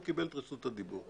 הוא קיבל את רשות הדיבור,